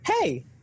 hey